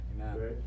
Amen